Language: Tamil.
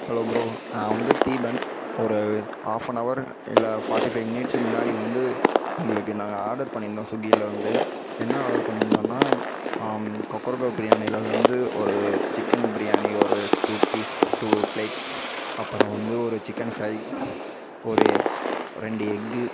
ஹலோ ப்ரோ நான் வந்து தீபன் ஒரு ஹாஃப்பனவரு இல்லை ஃபார்ட்டி ஃபைவ் மினிட்ஸ்க்கு முன்னாடி வந்து உங்களுக்கு நாங்கள் ஆர்டர் பண்ணியிருந்தோம் ஸ்விக்கிலேருந்து என்ன ஆர்டர் பண்ணியிருந்தோன்னா கொக்கரொக்கோ பிரியாணியில வந்து ஒரு சிக்கன் பிரியாணி ஒரு டூ பீஸ் டூ ப்லேட்ஸ் அப்புறம் வந்து ஒரு சிக்கன் ஃப்ரை ஒரு ரெண்டு எக்கு